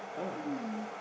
mm